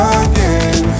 again